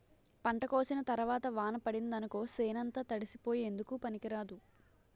పంట కోసిన తరవాత వాన పడిందనుకో సేనంతా తడిసిపోయి ఎందుకూ పనికిరాదు